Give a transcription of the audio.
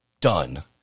done